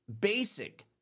basic